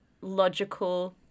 logical